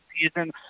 season